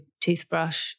toothbrush